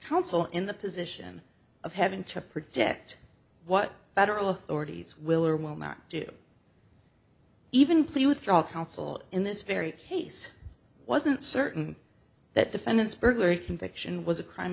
counsel in the position of having to predict what federal authorities will or will not do even plea with trial counsel in this very case wasn't certain that defendants burglary conviction was a crime